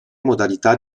modalità